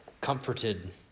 comforted